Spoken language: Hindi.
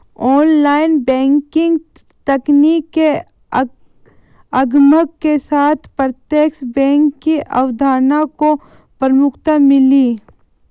ऑनलाइन बैंकिंग तकनीक के आगमन के साथ प्रत्यक्ष बैंक की अवधारणा को प्रमुखता मिली